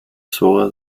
zora